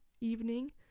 evening